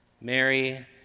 Mary